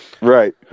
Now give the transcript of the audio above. Right